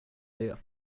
det